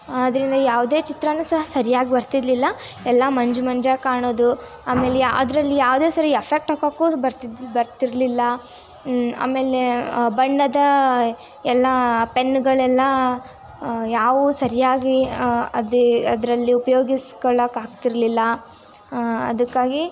ಅದ್ರಿಂದ ಯಾವುದೇ ಚಿತ್ರಾನೂ ಸಹ ಸರಿಯಾಗಿ ಬರ್ತಿರಲಿಲ್ಲ ಎಲ್ಲ ಮಂಜು ಮಂಜಾಗಿ ಕಾಣೋದು ಆಮೇಲೆ ಅದರಲ್ಲಿ ಯಾವುದೇ ಸರಿ ಎಫೆಕ್ಟ್ ಹಾಕೋಕ್ಕೂ ಬರ್ತಿದ್ದು ಬರ್ತಿರಲಿಲ್ಲ ಆಮೇಲೆ ಬಣ್ಣದ ಎಲ್ಲ ಪೆನ್ಗಳೆಲ್ಲ ಯಾವು ಸರಿಯಾಗಿ ಅದೇ ಅದರಲ್ಲಿ ಉಪಯೋಗಿಸ್ಕೊಳಕ್ಕೆ ಆಗ್ತಿರಲಿಲ್ಲ ಅದಕ್ಕಾಗಿ